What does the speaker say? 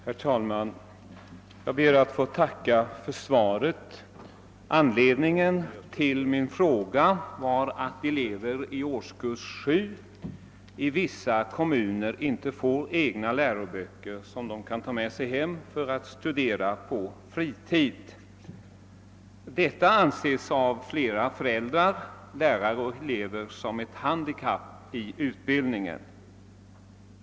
Herr talman! Jag ber att få tacka för svaret. Anledningen till min fråga var att elever i årskurs 7 i vissa kommuner inte får egna läroböcker som de kan ta med sig hem för att studera på fritid. Detta anses av flera föräldrar, lärare och elever som ett handikapp i utbildningen.